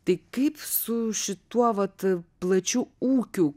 tai kaip su šituo vat plačiu ūkiu